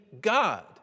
God